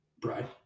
bride